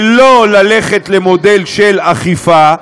ולא ללכת למודל של אכיפה,